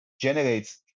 generates